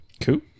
cool